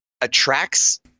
attracts